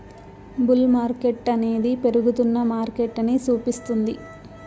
bull మార్కెట్టనేది పెరుగుతున్న మార్కెటని సూపిస్తుంది